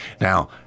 Now